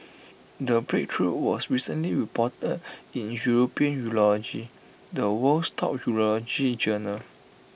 the breakthrough was recently reported in european urology the world's top urology journal